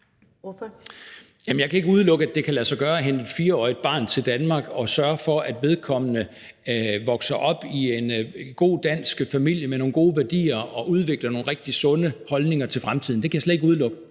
jeg kan ikke udelukke, at det kan lade sig gøre at hente et 4-årigt barn til Danmark og sørge for, at vedkommende vokser op i en god dansk familie med nogle gode værdier og udvikler nogle rigtig sunde holdninger til fremtiden – det kan jeg slet ikke udelukke.